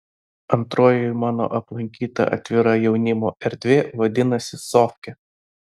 antroji mano aplankyta atvira jaunimo erdvė vadinasi sofkė